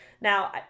Now